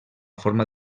forma